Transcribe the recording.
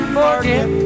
forget